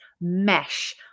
mesh